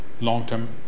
long-term